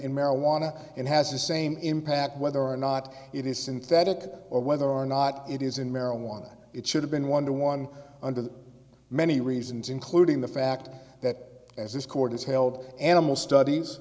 in marijuana and has the same impact whether or not it is synthetic or whether or not it is in marijuana it should have been one to one under the many reasons including the fact that as this court is held animal studies